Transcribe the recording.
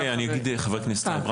ברשותכם, חבר הכנסת טייב.